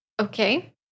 Okay